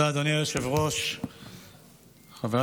6 זאב אלקין (המחנה הממלכתי): 8 שר התקשורת שלמה